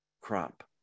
crop